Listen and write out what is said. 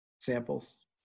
samples